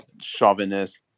chauvinist